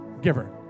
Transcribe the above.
giver